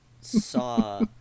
saw